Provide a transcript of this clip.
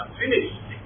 finished